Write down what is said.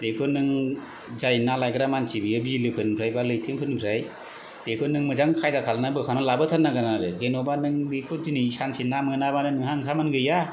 बेफोरनों जाय ना लायग्रा मानसि बियो बिलोफोरनिफ्राय बा लैथफोरनि बेखौनों मोजां खायदा खालामनान बोखांनान लाबोथारनांगोन आरो जेनेबा नों बेखौ दिनै सानसे ना मोनाबानो नोंहा ओंखामानो गैया